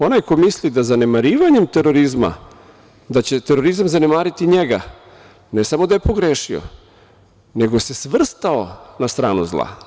Onaj ko misli da zanemarivanjem terorizma, da će terorizam zanemariti njega, ne samo da je pogrešio, nego se svrstao na stranu zla.